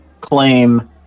claim